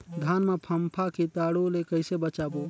धान मां फम्फा कीटाणु ले कइसे बचाबो?